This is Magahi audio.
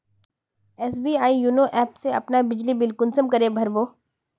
एस.बी.आई योनो ऐप से अपना बिजली बिल कुंसम करे भर बो?